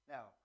Now